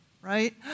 Right